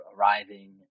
arriving